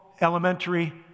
elementary